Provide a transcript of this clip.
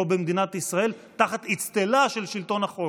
במדינת ישראל תחת אצטלה של שלטון החוק.